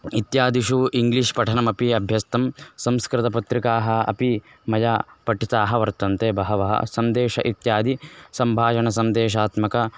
इत्यादिषु इङ्ग्लिश् पठनमपि अभ्यस्तं संस्कृतपत्रिकाः अपि मया पठिताः वर्तन्ते बहवः सन्देशः इत्यादि सम्भाषणसन्देशात्मकाः